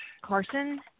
Carson